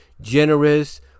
generous